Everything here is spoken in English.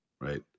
right